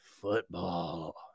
football